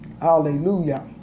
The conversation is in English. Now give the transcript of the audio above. Hallelujah